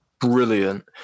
brilliant